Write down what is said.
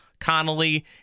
Connolly